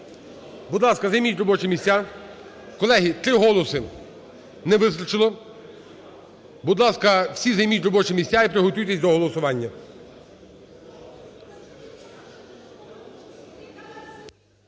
Будь ласка, займіть робочі місця. Колеги, 3 голоси не вистачило. Будь ласка, займіть робочі місця і приготуйтесь до голосування.